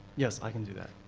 yes, i can do that.